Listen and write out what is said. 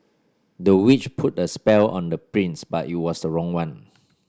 the witch put a spell on the prince but it was wrong one